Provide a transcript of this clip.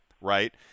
right